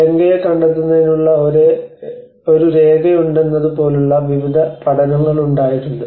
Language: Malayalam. ലങ്കയെ കണ്ടെത്തുന്നതിനുള്ള ഒരു രേഖയുണ്ടെന്നതുപോലുള്ള വിവിധ പഠനങ്ങളുണ്ടായിട്ടുണ്ട്